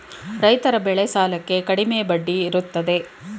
ರೈತರ ಬೆಳೆ ಸಾಲಕ್ಕೆ ಕಡಿಮೆ ಬಡ್ಡಿ ಇರುತ್ತದೆ